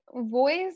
voice